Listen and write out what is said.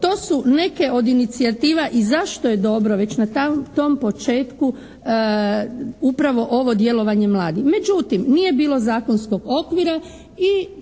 to su neke od inicijativa i zašto je dobro već na tom početku upravo ovo djelovanje mladih. Međutim, nije bilo zakonskog okvira i